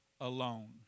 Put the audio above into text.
alone